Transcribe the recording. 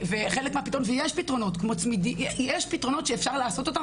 יש פתרונות שאפשר לעשות אותם,